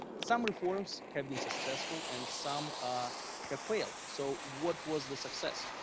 some reforms have been successful and some ah have failed. so what was the success?